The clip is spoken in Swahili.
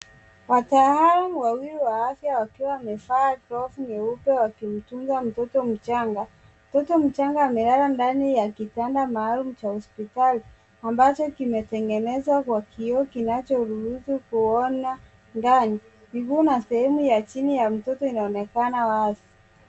Wataalamu wawili wa afya wakiwa wamevaa glovu nyeupe wakimtunza mtoto mchanga. Mtoto mchanga amelala ndani ya kitanda maalum cha hospitali ambacho kimetengenezwa kwa kioo kinachoruhusu kuona ndani. Miguu na sehemu ya chini ya mtoto inaonekana wazi.